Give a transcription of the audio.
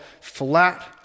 flat